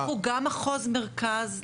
בדקו גם מחוז מרכז.